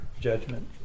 judgment